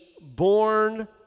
born